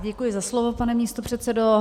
Děkuji za slovo, pane místopředsedo.